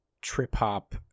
trip-hop